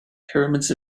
pyramids